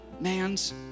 man's